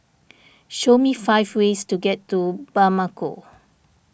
show me five ways to get to Bamako